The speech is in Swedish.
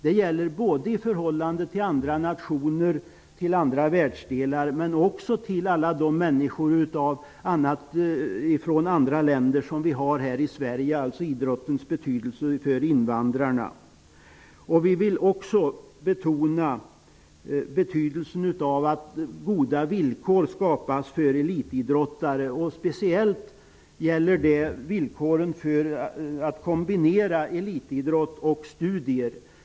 Det gäller både i förhållande till andra nationer och världsdelar och till alla de människor ifrån andra länder som finns här i Sverige. Idrotten har således betydelse för invandrarna. Vi vill också betona betydelsen av att goda villkor skapas för elitidrottare. Det gäller särskilt villkoren för att kombinera elitidrott och studier.